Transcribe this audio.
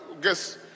guess